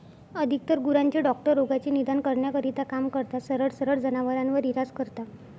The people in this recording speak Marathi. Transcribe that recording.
अधिकतर गुरांचे डॉक्टर रोगाचे निदान करण्यासाठी काम करतात, सरळ सरळ जनावरांवर इलाज करता